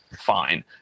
fine